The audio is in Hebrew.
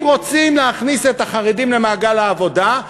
אם רוצים להכניס את החרדים למעגל העבודה,